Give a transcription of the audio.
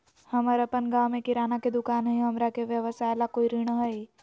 हमर अपन गांव में किराना के दुकान हई, हमरा के व्यवसाय ला कोई ऋण हई?